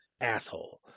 Asshole